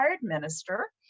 minister